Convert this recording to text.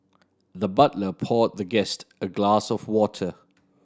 the butler poured the guest a glass of water